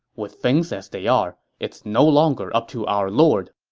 with things as they are, it's no longer up to our lord.